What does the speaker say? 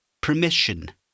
permission